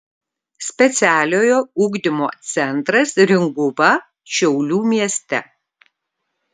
specialiojo ugdymo centras ringuva šiaulių mieste